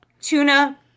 tuna